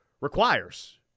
requires